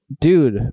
Dude